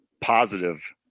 positive